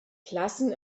klassen